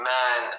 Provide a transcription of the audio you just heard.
Man